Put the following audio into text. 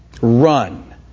Run